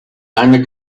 eine